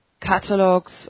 catalogs